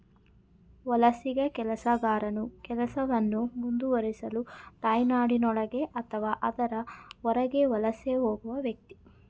ವಲಸಿಗ ಕೆಲಸಗಾರನು ಕೆಲಸವನ್ನು ಮುಂದುವರಿಸಲು ತಾಯ್ನಾಡಿನೊಳಗೆ ಅಥವಾ ಅದರ ಹೊರಗೆ ವಲಸೆ ಹೋಗುವ ವ್ಯಕ್ತಿ